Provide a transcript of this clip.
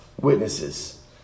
Witnesses